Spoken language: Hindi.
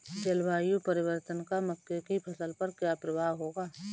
जलवायु परिवर्तन का मक्के की फसल पर क्या प्रभाव होगा?